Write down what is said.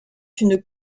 une